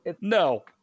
no